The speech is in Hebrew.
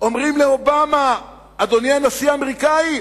אומרים לאובמה, אדוני, הנשיא האמריקני,